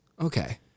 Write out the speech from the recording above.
Okay